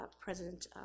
President